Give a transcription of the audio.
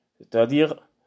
c'est-à-dire